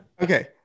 Okay